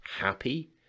happy